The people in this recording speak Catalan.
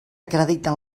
acrediten